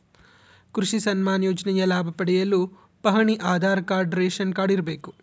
ಕೃಷಿ ಸನ್ಮಾನ್ ಯೋಜನೆಯ ಲಾಭ ಪಡೆಯಲು ಪಹಣಿ ಆಧಾರ್ ಕಾರ್ಡ್ ರೇಷನ್ ಕಾರ್ಡ್ ಇರಬೇಕು